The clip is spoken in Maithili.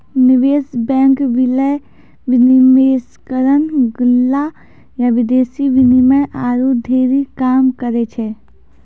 निवेश बैंक, विलय, विनिवेशकरण, गल्ला या विदेशी विनिमय आरु ढेरी काम करै छै